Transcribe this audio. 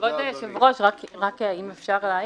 כבוד היושב-ראש, רק אם אפשר להעיר?